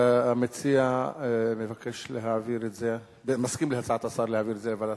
המציע מסכים להצעת השר להעביר את זה לוועדת